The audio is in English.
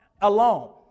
alone